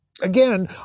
Again